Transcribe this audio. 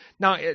Now